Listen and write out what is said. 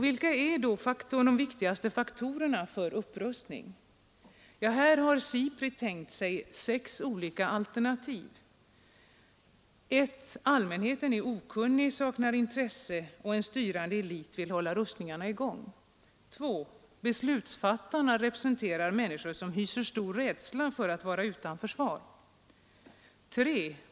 Vilka är då de viktigaste faktorerna för upprustning? Här har SIPRI tänkt sig sex alternativ: 1. Allmänheten är okunnig och saknar intresse, och en styrande elit vill hålla rustningarna i gång. 2. Beslutsfattarna representerar människor som hyser stor rädsla för att vara utan försvar. 3.